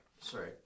sorry